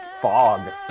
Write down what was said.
fog